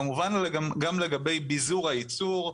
כמובן גם לגבי ביזור הייצור,